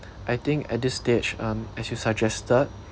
I think at this stage um as you suggested